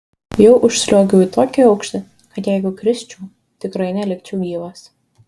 jau užsliuogiau į tokį aukštį kad jeigu krisčiau tikrai nelikčiau gyvas